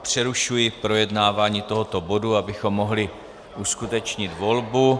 Přerušuji projednávání tohoto bodu, abychom mohli uskutečnit volbu.